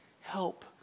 help